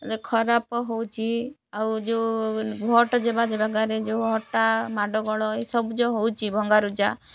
ଖରାପ ହେଉଛି ଆଉ ଯେଉଁ ଭୋଟ୍ ଯିବା ଯିବା ଗାଁରେ ଯେଉଁ ହଟା ମାଡ଼ ଗୋଳ ଏସବୁ ଯେଉଁ ହେଉଛି ଭଙ୍ଗାରୁଜା